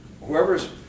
whoever's